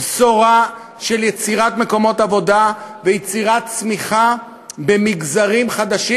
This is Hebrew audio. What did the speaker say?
בשורה של יצירת מקומות עבודה ויצירת צמיחה במגזרים חדשים,